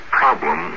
problem